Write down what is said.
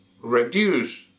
reduce